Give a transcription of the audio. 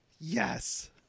yes